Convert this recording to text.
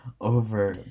over